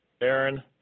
Aaron